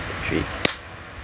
three